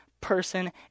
person